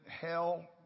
hell